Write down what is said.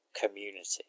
community